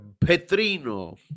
Petrino